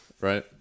Right